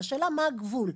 השאלה מה הגבול.